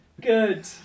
Good